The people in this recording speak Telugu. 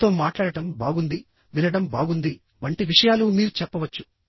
మీతో మాట్లాడటం బాగుంది వినడం బాగుంది వంటి విషయాలు మీరు చెప్పవచ్చు